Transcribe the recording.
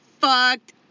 fucked